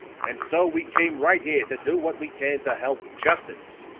and so we came right here to do what we can to help justice.